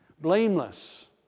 blameless